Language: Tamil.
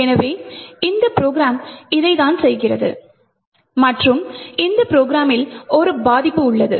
எனவே இந்த ப்ரொக்ராம் இதைத்தான் செய்கிறது மற்றும் இந்த ப்ரொக்ராமில் ஒரு பாதிப்பு உள்ளது